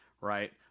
Right